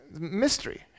Mystery